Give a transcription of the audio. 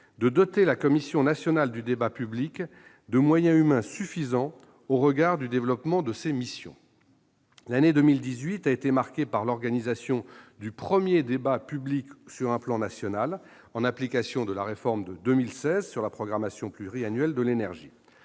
de doter la Commission nationale du débat public, la CNDP, de moyens humains suffisants au regard du développement de ses missions. L'année 2018 a été marquée par l'organisation du premier débat public sur un plan national, en application de la réforme de 2016 sur la programmation pluriannuelle de l'énergie.